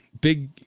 big